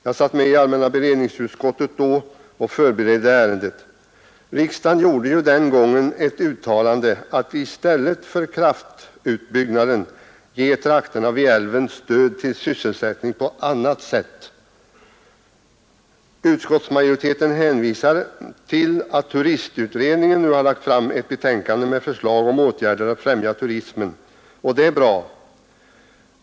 Jag satt med i allmänna beredningsutskottet då och förberedde ärendet. Riksdagen gjorde ju den gången ett uttalande att i stället för kraftutbyggnaden skulle man ge trakterna vid älven stöd till sysselsättning på annat sätt. Utskottsmajoriteten hänvisar till att turistutredningen nu har lagt fram ett betänkande med förslag om åtgärder för att främja turismen, och det är bra.